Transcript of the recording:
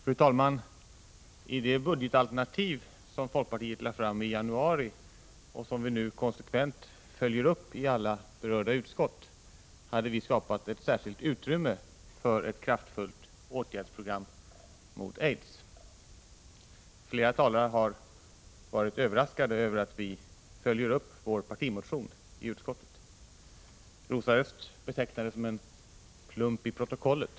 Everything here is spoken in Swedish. Fru talman! I det budgetalternativ som folkpartiet lade fram i januari, och som vi nu konsekvent följer upp i alla berörda utskott, hade vi skapat ett särskilt utrymme för ett kraftfullt åtgärdsprogram mot aids. Flera talare har varit överraskade över att vi följer upp vår partimotion i utskottet. Rosa Östh betecknade det som en plump i protokollet.